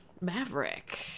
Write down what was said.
Maverick